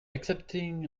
accepting